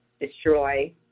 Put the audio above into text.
destroy